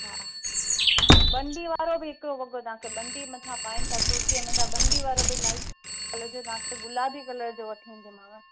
बंदी वारो बि हिकिड़ो वॻो तव्हां खे बंदी मथां पाइनि था कुर्तीअ जे मथां बंदी वारो बि लाइट कलर जो तव्हां खे गुलाबी कलर जो वठी ईंदीमांव